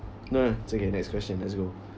no no it's okay next question let's go